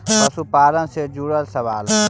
पशुपालन से जुड़ल सवाल?